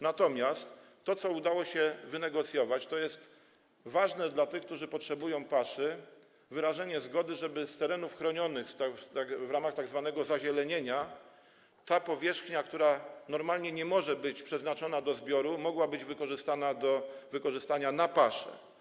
Natomiast udało się wynegocjować, to jest ważne dla tych, którzy potrzebują paszy, wyrażenie zgody, żeby z terenów chronionych w ramach tzw. zazielenienia ta powierzchnia, która normalnie nie może być przeznaczona na zbiory, mogła być wykorzystana na pasze.